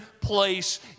place